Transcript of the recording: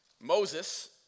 Moses